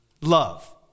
love